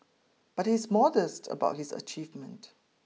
but he is modest about his achievement